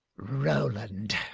rowland.